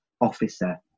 officer